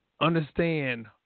understand